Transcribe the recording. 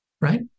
right